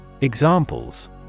Examples